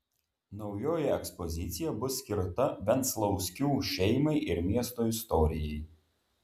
naujoji ekspozicija bus skirta venclauskių šeimai ir miesto istorijai